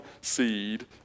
seed